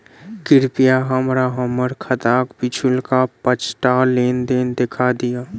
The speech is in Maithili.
कृपया हमरा हम्मर खाताक पिछुलका पाँचटा लेन देन देखा दियऽ